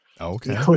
Okay